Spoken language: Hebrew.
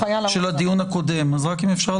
שלא הצלחתי